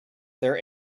their